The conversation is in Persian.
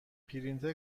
پرینتر